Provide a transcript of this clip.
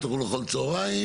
תלכו לאכול צהרים,